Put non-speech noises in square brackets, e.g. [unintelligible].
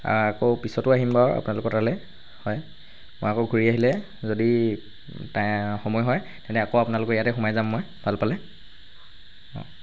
আকৌ পিছতো আহিম বাৰু আপোনালোকৰ তালৈ হয় মই আকৌ ঘূৰি আহিলে যদি [unintelligible] সময় হয় তেন্তে আকৌ আপোনালোকৰ ইয়াতে সোমাই যাম মই ভাল পালে